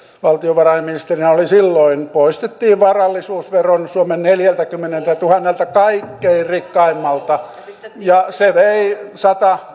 valtiovarainministerinä oli silloin poistivat varallisuusveron suomen neljältäkymmeneltätuhannelta kaikkein rikkaimmalta ja se vei sata